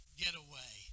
getaway